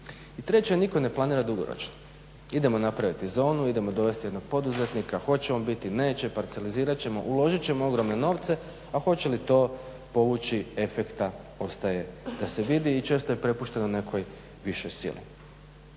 I treće, nitko ne planira dugoročno. Idemo napraviti zonu, idemo dovesti jednog poduzetnika, hoće on biti, neće, parcelizirat ćemo, uložit ćemo ogromne novce, a hoće li to povući efekta ostaje da se vidi i često je prepušteno nekoj višoj sili.